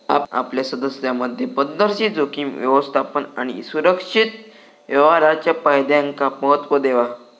आपल्या सदस्यांमधे पध्दतशीर जोखीम व्यवस्थापन आणि सुरक्षित व्यवहाराच्या फायद्यांका महत्त्व देवा